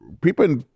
people